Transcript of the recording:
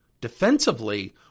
defensively